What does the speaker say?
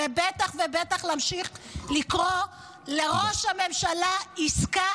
ובטח ובטח נמשיך לקרוא לראש הממשלה "עסקה